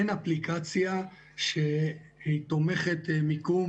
אין אפליקציה שתומכת מיקום